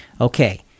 Okay